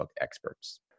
experts